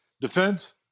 defense